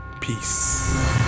Peace